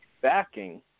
Backing